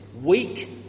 weak